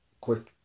Quick